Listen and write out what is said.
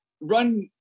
run